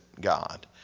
God